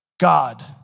God